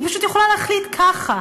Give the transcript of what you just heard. היא פשוט יכולה להחליט ככה,